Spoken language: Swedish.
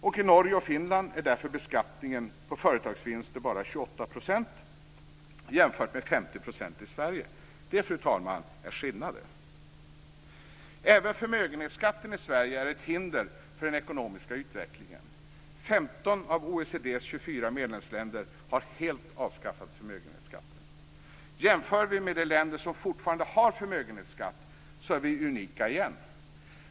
Och i Norge och Finland är därför beskattningen av företagsvinster bara 28 % jämfört med 50 % i Sverige. Det, fru talman, är skillnaden. Även förmögenhetsskatten i Sverige är ett hinder för den ekonomiska utvecklingen. 15 av OECD:s 24 medlemsländer har helt avskaffat förmögenhetsskatten. Om vi jämför med de länder som fortfarande har förmögenhetsskatt är vi unika igen.